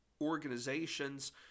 organizations